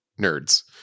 nerds